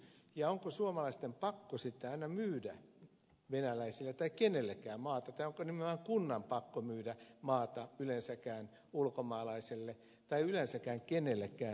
onko suomalaisten pakko aina myydä venäläisille tai yleensäkään kenellekään maata tai onko nimenomaan kunnan pakko myydä maata ulkomaalaiselle tai yleensäkään kenellekään